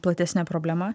platesne problema